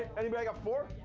anybody got four?